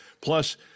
plus